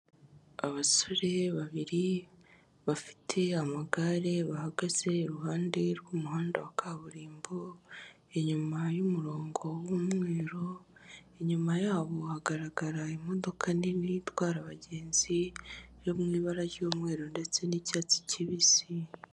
Abasore babiri bafite amagare bahagaze iruhande rw'umuhanda wa kaburimbo, inyuma y'umurongo wumweru. Inyuma yabo hagaragara imodoka nini itwara abagenzi yo mu ibara ry'umweru ndetse ni'cyatsi kibisi.